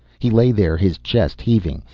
he lay there, his chest heaving.